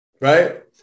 right